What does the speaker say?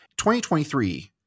2023